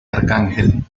arcángel